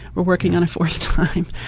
we're working on a fourth time.